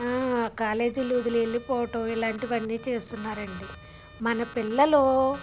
కాలేజీలు వదిలి వెళ్లిపోవడం ఇలాంటివన్నీ చేస్తున్నారండి మన పిల్లలు